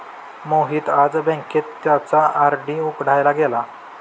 मोहित आज बँकेत त्याचा आर.डी उघडायला गेला